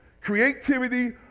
creativity